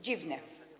Dziwne.